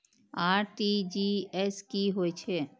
RTGS की होय छै